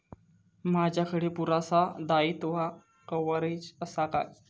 माजाकडे पुरासा दाईत्वा कव्हारेज असा काय?